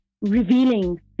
revealing